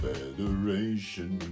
Federation